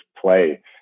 play